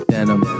Denim